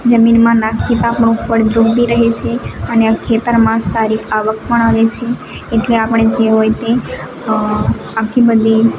જમીનમાં નાખીએ તો આપણું ફળદ્રુપ બી રહે છે અને ખેતરમાં સારી આવક પણ આવે છે એટલે આપણે જે હોય તે આખી બધી